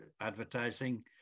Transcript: advertising